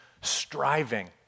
striving